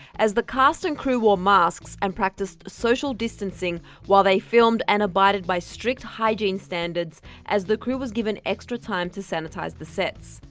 as the cast and crew wore masks and practiced social distancing while they filmed, and abided by strict hygiene standards as the crew was given extra time to sanitize the sets.